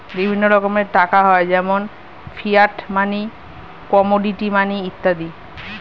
বিভিন্ন রকমের টাকা হয় যেমন ফিয়াট মানি, কমোডিটি মানি ইত্যাদি